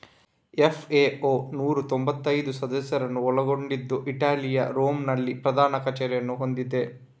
FAO ನೂರಾ ತೊಂಭತ್ತೈದು ಸದಸ್ಯರನ್ನು ಒಳಗೊಂಡಿದ್ದು ಇಟಲಿಯ ರೋಮ್ ನಲ್ಲಿ ಪ್ರಧಾನ ಕಚೇರಿಯನ್ನು ಹೊಂದಿದೆ